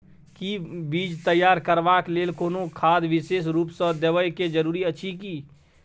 कि बीज तैयार करबाक लेल कोनो खाद विशेष रूप स देबै के जरूरी अछि की?